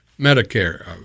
Medicare